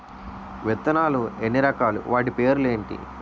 విత్తనాలు ఎన్ని రకాలు, వాటి పేర్లు ఏంటి?